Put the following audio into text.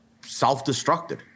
self-destructed